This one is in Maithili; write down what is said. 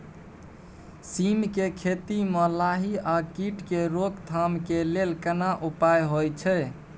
सीम के खेती म लाही आ कीट के रोक थाम के लेल केना उपाय होय छै?